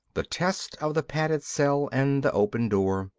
the test of the padded cell and the open door.